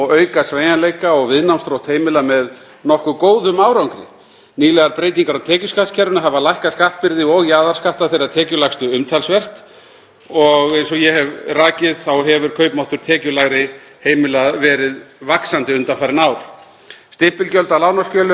og eins og ég hef rakið hefur kaupmáttur tekjulægri heimila verið vaxandi undanfarin ár. Stimpilgjöld á lánaskjölum hafa verið afnumin og þök sett á umframgreiðslugjöld, sem eru auk þess engin á lánum með breytilegum vöxtum. Svigrúm fólks til að endurfjármagna lán við breyttar aðstæður hefur því stóraukist.